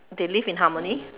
they live in harmony